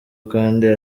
kandi